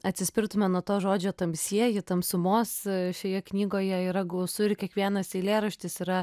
atsispirtume nuo to žodžio tamsieji tamsumos šioje knygoje yra gausu ir kiekvienas eilėraštis yra